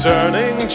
Turning